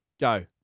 Go